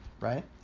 right